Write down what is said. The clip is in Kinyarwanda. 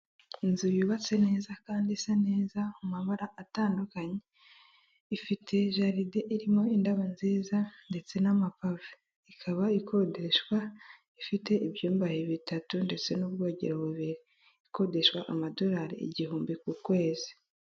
Inzu yubatse neza kandi isa neza mu mabara atandukanye. Ifite jardin irimo indabo nziza ndetse n'amapave. Ikaba ikodeshwa, ifite ibyumba bitatu ndetse n'ubwogero bubiri. Ikodeshwa amadolari igihumbi ku kwezi.